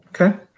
Okay